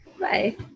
Bye